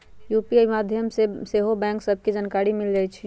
UPI के माध्यम से सेहो खता सभके जानकारी मिल जाइ छइ